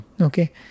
okay